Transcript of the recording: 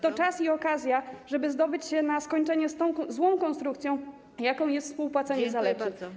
To czas i okazja, żeby zdobyć się na skończenie z tą złą konstrukcją, jaką jest współpłacenie za leki.